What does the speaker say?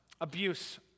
abuse